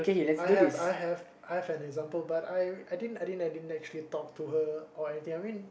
I have I have I have an example but I I didn't I didn't I didn't actually talk to her or anything I mean